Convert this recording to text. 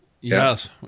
Yes